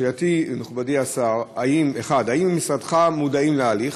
שאלותי, מכובדי השר: 1. האם במשרדך מודעים להליך?